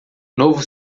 novo